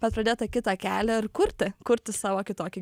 bet pradėt tą kitą kelią ir kurti kurti savo kitokį